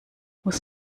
muss